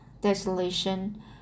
desolation